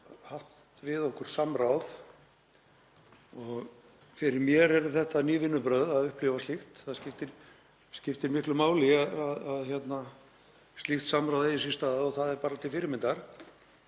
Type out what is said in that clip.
haft við okkur samráð og fyrir mér eru þetta ný vinnubrögð og nýtt að upplifa slíkt. Það skiptir miklu máli að slíkt samráð eigi sér stað og það er bara til fyrirmyndar.